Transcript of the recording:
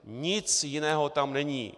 Nic jiného tam není.